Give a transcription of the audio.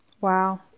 Wow